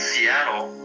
Seattle